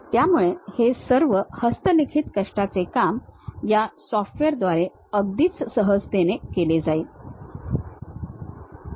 त्यामुळे हे सर्व हस्तलिखित कष्टाचे काम या सॉफ्टवेअरद्वारे अगदी सहजतेने केले जाईल